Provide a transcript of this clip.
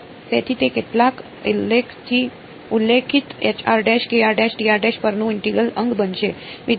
તેથી તે કેટલાક ઉલ્લેખિત પરનું ઇન્ટેગ્રલ અંગ બનશે વિદ્યાર્થી ડોમેન